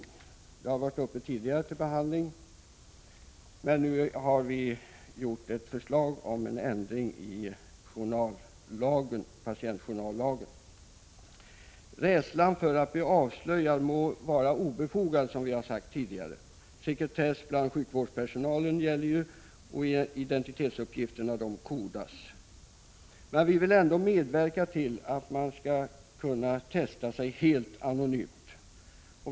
Den frågan har varit uppe till behandling tidigare, men nu har vi föreslagit en ändring av patientjournallagen. Rädslan för att bli avslöjad må vara obefogad — sekretess gäller ju bland sjukvårdspersonalen och identitetsuppgifterna kodas — men vi vill ändå medverka till att man skall kunna testa sig helt anonymt.